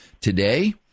Today